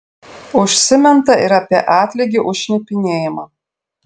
užsiminta ir apie atlygį už šnipinėjimą